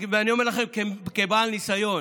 ואני אומר לכם כבעל ניסיון: